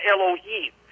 Elohim